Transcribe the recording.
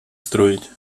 строить